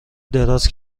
دراز